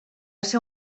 ser